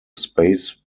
space